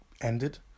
ended